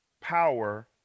power